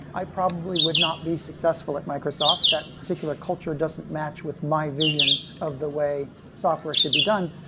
i probably would not be successful at microsoft. that particular culture doesn't match with my vision of the way software should be done,